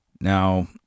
Now